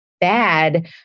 bad